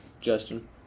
Justin